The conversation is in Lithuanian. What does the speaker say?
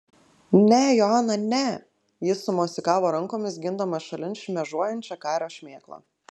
ne joana ne jis sumosikavo rankomis gindamas šalin šmėžuojančią kario šmėklą